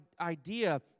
idea